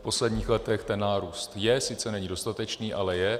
V posledních letech ten nárůst je, sice není dostatečný, ale je.